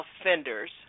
offenders